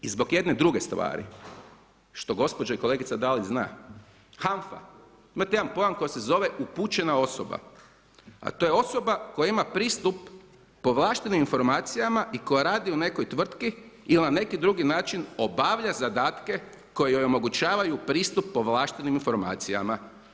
I zbog jedne druge stvari, što gospođa i kolegica Dalić zna, hanfa, imate jedna pojam koji se zove upućena osoba, a to je osoba koja ima pristup povlaštenim informacijama i koja radi u nekoj tvrtki il na neki drugi način obavlja zadatke koji joj omogućavaju pristup povlaštenim informacijama.